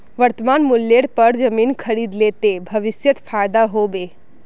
वर्तमान मूल्येर पर जमीन खरीद ले ते भविष्यत फायदा हो बे